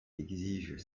exigent